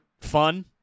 fun